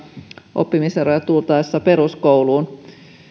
oppimiseroja tultaessa peruskouluun